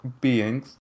beings